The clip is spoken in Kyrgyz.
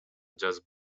жазып